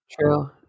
True